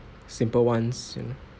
simple ones you know